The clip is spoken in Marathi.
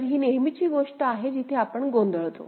तर ही नेहमीची गोष्ट आहे जिथे आपण गोंधळतो